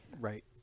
right